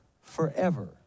forever